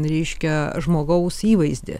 reiškia žmogaus įvaizdį